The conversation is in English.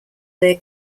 their